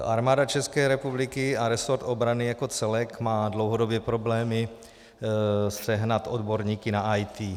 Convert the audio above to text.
Armáda České republiky a resort obrany jako celek má dlouhodobě problémy sehnat odborníky na IT.